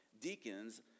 deacons